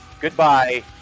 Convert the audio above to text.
goodbye